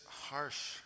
harsh